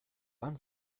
wann